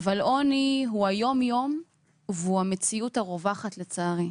אבל עוני הוא היום-יום והוא המציאות הרווחת לצערי,